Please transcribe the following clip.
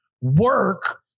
Work